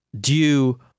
due